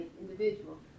individual